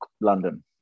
London